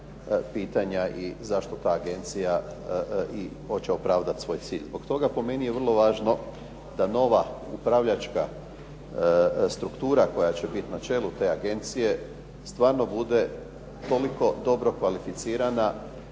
i zašto ta agencija i hoće opravdat svoj cilj. Zbog toga, po meni, je vrlo važno da nova upravljačka struktura koja će bit na čelu te agencije stvarno bude toliko dobro kvalificirana